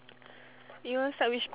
you want start which part first